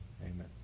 Amen